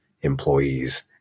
employees